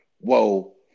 Whoa